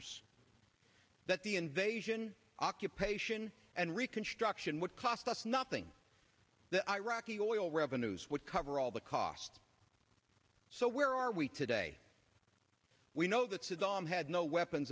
rs that the invasion occupation and reconstruction would cost us nothing the iraqi oil revenues would cover all the cost so where are we today we know that saddam had no weapons